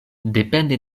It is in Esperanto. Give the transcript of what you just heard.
depende